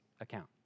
account